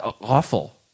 awful